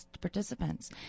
participants